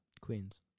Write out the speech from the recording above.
Queens